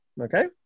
Okay